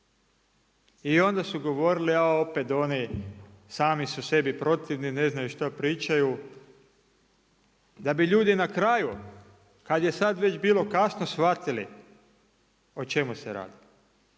i onda su govorili, a opet oni sami su sebi protivni ne znaju što pričaju, da bi ljudi na kraju kada je sada već bilo kasno shvatili o čemu se radi.